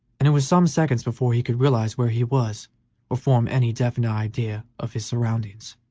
and it was some seconds before he could realize where he was or form any definite idea of his surroundings.